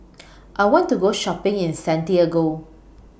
I want to Go Shopping in Santiago